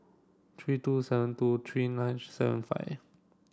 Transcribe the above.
three two seven two three nine seven five